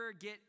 get